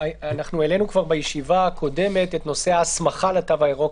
אנחנו העלינו כבר בישיבה הקודמת את נושא ההסמכה לתו הירוק,